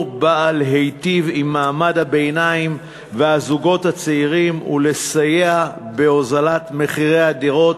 בא להיטיב עם מעמד הביניים והזוגות הצעירים ולסייע בהוזלת הדירות.